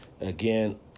again